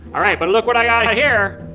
alright, but look what i got here.